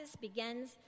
begins